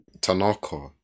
Tanaka